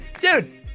Dude